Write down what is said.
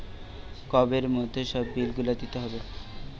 কোবের মধ্যে সব বিল গুলা দিতে হবে